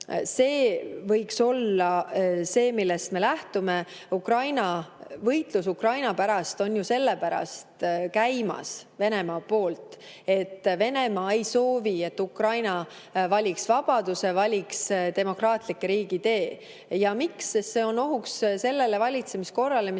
see võiks olla see, millest me lähtume. Venemaa võitlus Ukraina pärast on käimas sellepärast, et Venemaa ei soovi, et Ukraina valiks vabaduse, valiks demokraatliku riigi tee. Ja miks? Sest see on ohuks sellele valitsemiskorrale, mis